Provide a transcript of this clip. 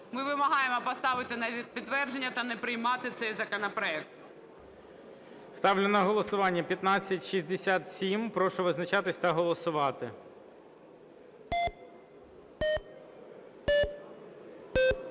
Ми вимагаємо поставити на підтвердження та не приймати цей законопроект. ГОЛОВУЮЧИЙ. Ставлю на голосування 1567. Прошу визначатись та голосувати. 11:50:29